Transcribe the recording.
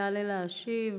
יעלה להשיב